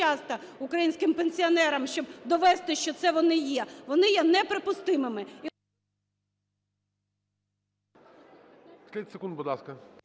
часто українським пенсіонерам, щоб довести, що це вони є, вони є неприпустимими…